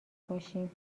باشیم